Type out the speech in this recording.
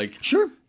Sure